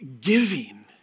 giving